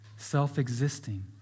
self-existing